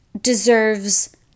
deserves